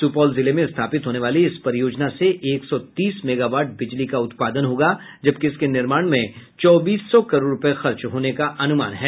सुपौल जिले में स्थापित होने वाली इस परियोजना से एक सौ तीस मेगावाट बिजली का उत्पादन होगा जबकि इसके निर्माण में चौबीस सौ करोड़ रूपये खर्च होने का अनुमान है